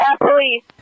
police